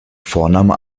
vorname